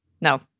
no